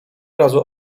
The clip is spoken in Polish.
razu